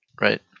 right